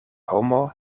homo